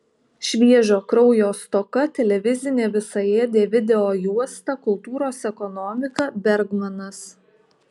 šviežio kraujo stoka televizinė visaėdė videojuosta kultūros ekonomika bergmanas